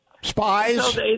Spies